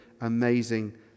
amazing